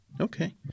Okay